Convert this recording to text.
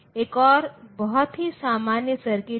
तो अब आपको यह नंबर मिल गया है